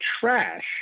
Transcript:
trash